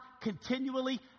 continually